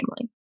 family